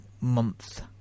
Month